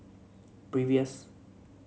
previous